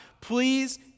please